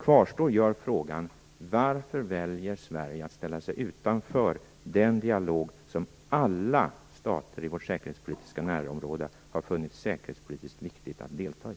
Kvarstår gör frågan: Varför väljer Sverige att ställa sig utanför den dialog som alla stater i vårt säkerhetspolitiska närområde har funnit säkerhetspolitiskt viktig att delta i?